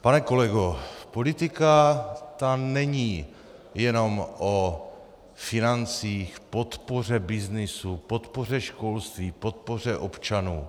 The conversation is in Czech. Pane kolego, politika, ta není jenom o financích, podpoře byznysu, podpoře školství, podpoře občanů.